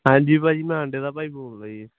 ਹਾਂਜੀ ਭਾਅ ਜੀ ਮੈਂ ਦਾ ਭਾਈ ਬੋਲਦਾ ਜੀ